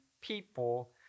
people